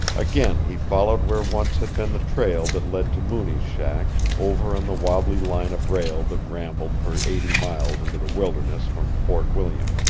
again he followed where once had been the trail that led to mooney's shack, over on the wobbly line of rail that rambled for eighty miles into the wilderness from fort william.